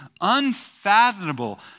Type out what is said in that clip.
unfathomable